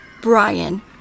Brian